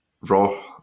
raw